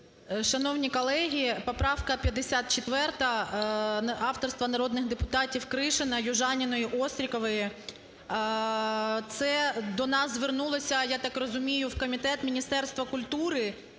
Шановні колеги, поправка 54 авторства народних депутатів Кришина, Южаніної, Острікової. Це до нас звернулися, я так розумію, в комітет Міністерство культури